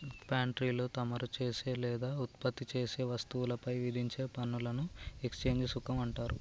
పాన్ట్రీలో తమరు చేసే లేదా ఉత్పత్తి చేసే వస్తువులపై విధించే పనులను ఎక్స్చేంజ్ సుంకం అంటారు